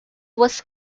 was